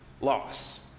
loss